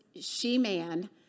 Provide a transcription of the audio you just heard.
she-man